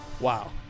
Wow